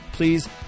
Please